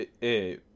Hey